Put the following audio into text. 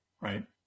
Right